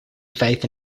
faith